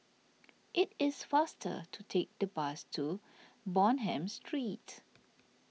it is faster to take the bus to Bonham Street